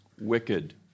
wicked